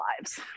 lives